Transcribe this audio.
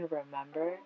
remember